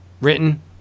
Written